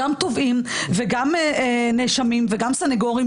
גם תובעים וגם נאשמים וגם סניגורים,